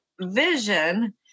vision